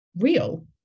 real